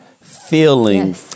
feeling